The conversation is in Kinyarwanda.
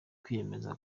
kwiyemeza